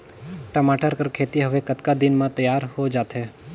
टमाटर कर खेती हवे कतका दिन म तियार हो जाथे?